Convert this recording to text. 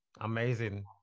Amazing